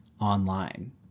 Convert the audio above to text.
online